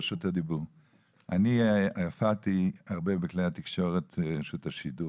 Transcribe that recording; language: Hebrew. אני הופעתי הרבה בכלי התקשורת של רשות השידור,